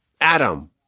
Adam